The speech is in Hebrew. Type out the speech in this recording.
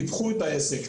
פיתחו את העסק,